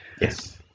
Yes